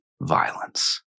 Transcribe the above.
violence